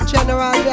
General